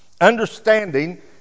understanding